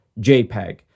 JPEG